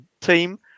team